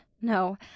No